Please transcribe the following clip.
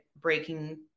breaking